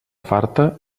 farta